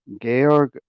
georg